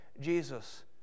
Jesus